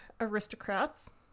Aristocrats